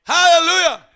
Hallelujah